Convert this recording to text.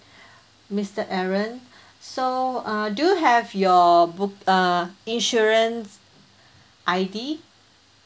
mister aaron so uh do have your book~ uh insurance I_D